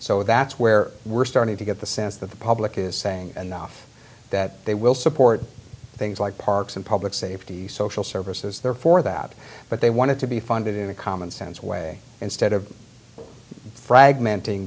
so that's where we're starting to get the sense that the public is saying enough that they will support things like parks and public safety social services there for that but they wanted to be funded in a commonsense way instead of fragment